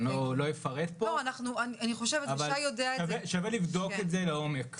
אני חושבת --- שווה לבדוק את זה לעומק.